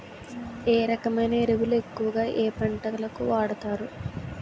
ఏ రకమైన ఎరువులు ఎక్కువుగా ఏ పంటలకు వాడతారు?